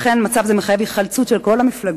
לכן, מצב זה מחייב היחלצות של כל המפלגות,